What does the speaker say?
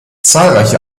zahlreiche